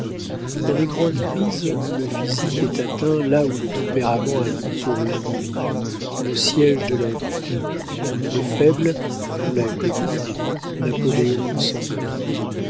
dans les grandes crises le physique est atteint là où le tempérament a mis pour l'individu le siége de la vie les faibles ont la colique napoléon s'endort